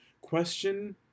question